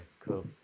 Cool